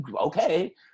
okay